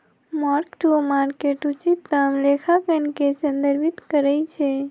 mark to market उचित दाम लेखांकन के संदर्भित करइ छै